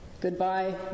Goodbye